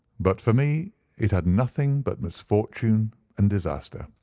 but for me it had nothing but misfortune and disaster.